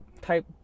type